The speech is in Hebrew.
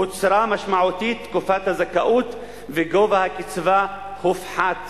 קוצרה משמעותית תקופת הזכאות וגובה הקצבה הופחת.